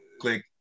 click